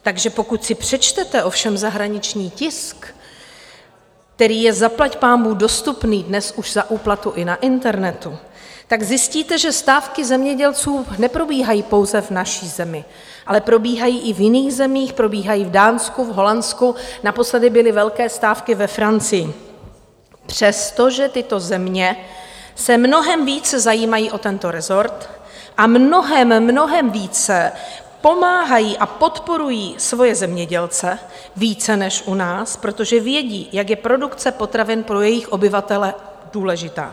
Takže pokud si přečtete ovšem zahraniční tisk, který je zaplať pánbůh dostupný dnes už za úplatu i na internetu, tak zjistíte, že stávky zemědělců neprobíhají pouze v naší zemi, ale probíhají i v jiných zemích, probíhají v Dánsku, v Holandsku, naposledy byly velké stávky ve Francii, přesto, že tyto země se mnohem více zajímají o tento resort a mnohem, mnohem více pomáhají a podporují svoje zemědělce, více než u nás, protože vědí, jak je produkce potravin pro jejich obyvatele důležitá.